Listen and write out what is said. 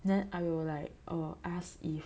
then I will like err ask if